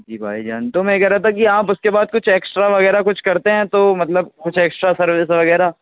جی بھائی جان تو میں یہ کہہ رہا تھا کہ آپ اس کے بعد کچھ ایکسٹرا وغیرہ کچھ کرتے ہیں تو مطلب کچھ ایکسٹرا سروس وغیرہ